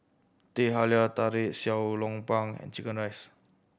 Teh Halia Tarik Xiao Long Bao and chicken rice